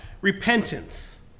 Repentance